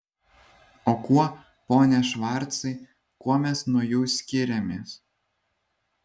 o kuo pone švarcai kuo mes nuo jų skiriamės